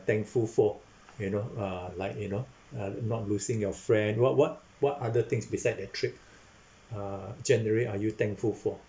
thankful for you know uh like you know uh not losing your friend what what what other things beside that trip uh generally are you thankful for